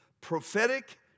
prophetic